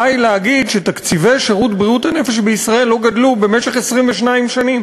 די להגיד שתקציבי שירות בריאות הנפש בישראל לא גדלו במשך 22 שנים